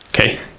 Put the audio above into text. Okay